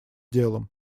делом